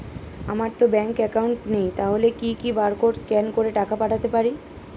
আমারতো bank account নেই তাহলে কি কি বারকোড স্ক্যান করে টাকা পাঠাতে পারি?